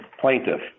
plaintiff